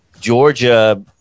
Georgia